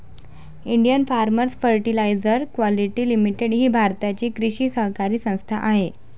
Indian farmers fertiliser quality limited ही भारताची कृषी सहकारी संस्था आहे